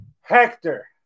Hector